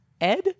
Ed